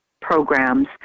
programs